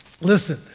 Listen